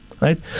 right